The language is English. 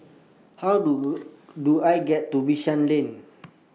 How Do Do I get to Bishan Lane